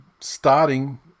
starting